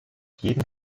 jeden